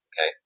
Okay